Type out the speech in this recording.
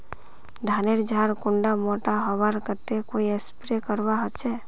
धानेर झार कुंडा मोटा होबार केते कोई स्प्रे करवा होचए?